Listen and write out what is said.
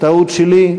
טעות שלי.